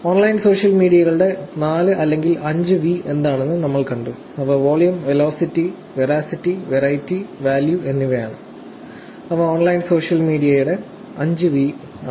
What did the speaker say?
online social മീഡിയയുടെ 4 അല്ലെങ്കിൽ 5 V എന്താണെന്ന് നമ്മൾ കണ്ടു അവ volume velocity veracity variety value എന്നിവയാണ് അവ ഓൺലൈൻ സോഷ്യൽ മീഡിയയുടെ 5 V ആണ്